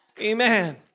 Amen